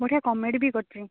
ବଢ଼ିଆ କମେଡ଼ି ବି କରିଛି